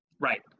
Right